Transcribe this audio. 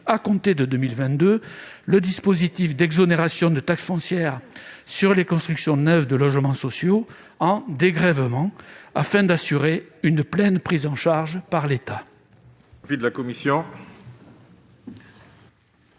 à compter de 2022, le dispositif d'exonération de taxe foncière sur les constructions neuves de logements sociaux en dégrèvement, afin d'assurer une pleine prise en charge par l'État. Quel est l'avis de la commission